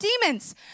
demons